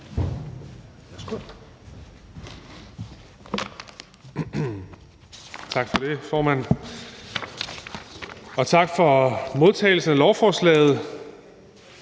Tak for det, formand, og tak for modtagelsen af lovforslaget.